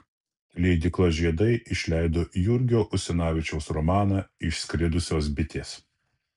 leidykla žiedai išleido jurgio usinavičiaus romaną išskridusios bitės